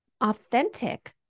authentic